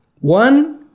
one